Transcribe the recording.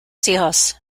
hijos